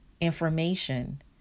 information